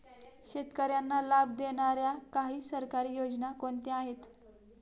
शेतकऱ्यांना लाभ देणाऱ्या काही सरकारी योजना कोणत्या आहेत?